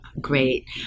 great